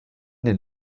den